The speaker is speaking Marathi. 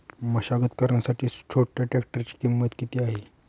मशागत करण्यासाठी छोट्या ट्रॅक्टरची किंमत किती आहे?